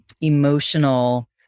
emotional